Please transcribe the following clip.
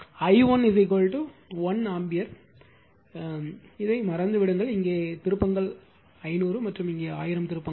i1 1 ampere இதை மறந்துவிடுங்கள் இங்கே திருப்பங்கள் 500 மற்றும் இங்கே 1000 திருப்பங்கள்